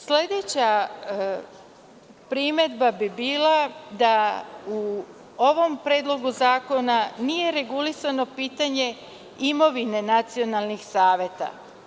Sledeća primedba bi bila da u ovom predlogu zakona nije regulisano pitanje imovine nacionalnih saveta.